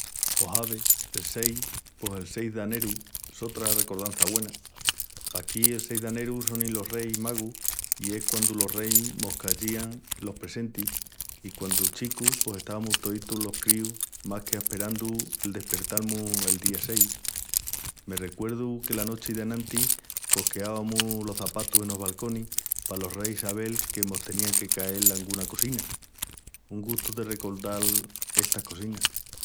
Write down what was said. Pos ave, el seis... pos el seis d'aneru sotra recordança güena. Paquí el seis d'aneru sonin los reis i es quandu los reis mos cayían los presentis i, quandu chicu, pos estavamus toítus los críus más qu'asperandu el dispertal-mus el día seis. Me recuerdu que la nochi d'enantis pos queavamus los çapatus enos balconis palos reis sabel que mos tenían que cael anguna cosina. Un gustu de recordal estas cosinas.